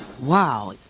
wow